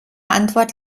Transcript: antwort